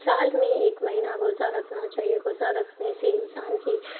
سال میں ایک مہینہ روزہ رکھنا چاہیے روزہ رکھنے سے انسان کی